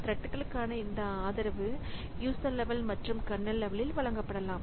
த்ரெட்களுக்கான இந்த ஆதரவு user level மற்றும் கர்னல் லெவலில் வழங்கப்படலாம்